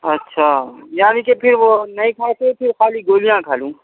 اچھا یعنی کے پھر وہ نہیں کھائے تھے پھر خالی گولیاں کھا لوں